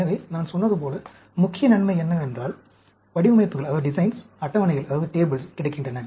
எனவே நான் சொன்னதுபோல் முக்கிய நன்மை என்னவென்றால் வடிவமைப்புகள் அட்டவணைகள் கிடைக்கின்றன